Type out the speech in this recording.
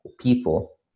people